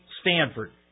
Stanford